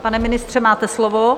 Pane ministře, máte slovo.